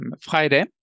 Friday